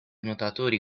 nuotatori